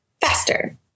faster